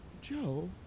Joe